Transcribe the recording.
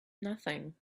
nothing